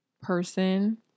person